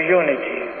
unity